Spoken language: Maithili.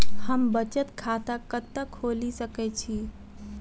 हम बचत खाता कतऽ खोलि सकै छी?